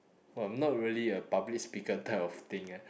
!wah! I'm not really a public speaker type of thing leh